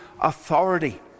authority